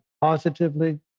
positively